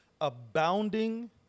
abounding